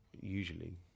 usually